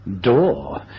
Door